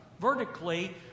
vertically